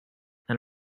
and